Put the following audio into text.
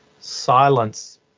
Silence